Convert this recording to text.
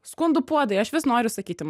skundų puodai aš vis noriu sakyti